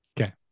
Okay